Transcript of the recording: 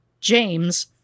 James